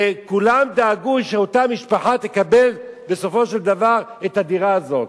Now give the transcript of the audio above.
וכולם דאגו שאותה משפחה תקבל בסופו של דבר את הדירה הזאת.